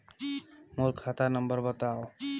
मोर खाता नम्बर बताव?